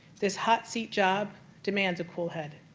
this hot seat job demands a cool head.